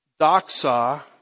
doxa